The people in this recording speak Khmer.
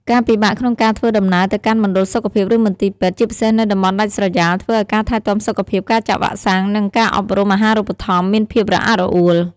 ការពិបាកក្នុងការធ្វើដំណើរទៅកាន់មណ្ឌលសុខភាព ឬមន្ទីរពេទ្យ ជាពិសេសនៅតំបន់ដាច់ស្រយាល ធ្វើឱ្យការថែទាំសុខភាព ការចាក់វ៉ាក់សាំង និងការអប់រំអាហារូបត្ថម្ភមានភាពរអាក់រអួល។